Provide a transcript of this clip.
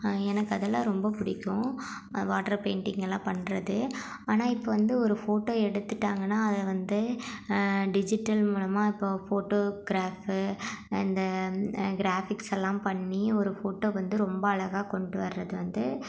எனக்கு அதெல்லாம் ரொம்ப பிடிக்கும் வாட்டர் பெயிண்ட்டிங் எல்லாம் பண்ணுறது ஆனால் இப்போ வந்து ஒரு ஃபோட்டோ எடுத்துட்டாங்கன்னா அதை வந்து டிஜிட்டல் மூலமாக இப்போ ஃபோட்டோக்ராஃப்பு இந்த கிராஃபிக்ஸ் எல்லாம் பண்ணி ஒரு ஃபோட்டோ வந்து ரொம்ப அழகாக கொண்டு வரது வந்து